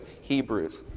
Hebrews